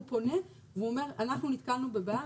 הוא פונה ואומר: אנחנו נתקלנו בבעיה,